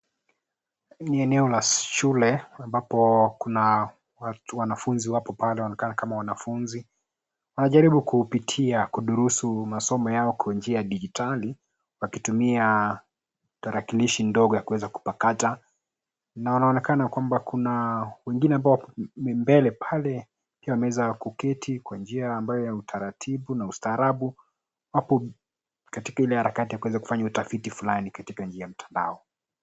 Hii ni eneo la shule, ambapo kuna watu wanafunzi wapo pale, wanaonekana kama wanafunzi. Wanajaribu kupitia kudurusu masomo yao kwa njia ya digitali ,wakitumia tarakilishi ndogo ya kuweza kupakata. Na wanaonekana kwamba kuna wengine ambao ni mbele pale wameweza kuketi kwa njia ambayo ya utaratibu na ustaarabu . Hapo katika ile harakati ya kuweza kufanya utafiti fulani katika njia ya mtandao.